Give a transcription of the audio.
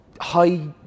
high